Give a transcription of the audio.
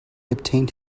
obtained